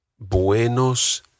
Buenos